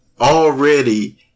already